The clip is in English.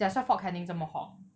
that's why fort canning 这么红